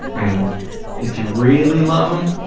and if you really love them,